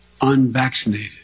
Unvaccinated